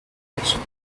meditation